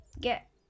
get